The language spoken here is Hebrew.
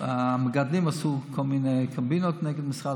המגדלים עשו כל מיני קומבינות נגד משרד